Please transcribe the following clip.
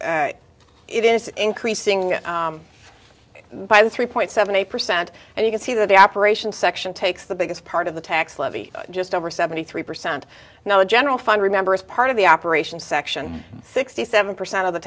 and it is increasing by the three point seven eight percent and you can see that the operations section takes the biggest part of the tax levy just over seventy three percent now the general fund remember is part of the operations section sixty seven percent of the